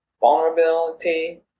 vulnerability